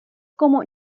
como